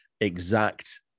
exact